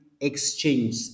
exchange